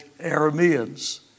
Arameans